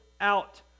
out